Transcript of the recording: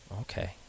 Okay